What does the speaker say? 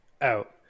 out